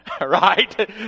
right